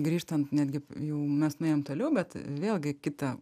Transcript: grįžtant netgi jau mes nuėjom toliau bet vėlgi kitą